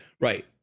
Right